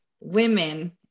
women